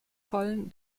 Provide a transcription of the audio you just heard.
fallen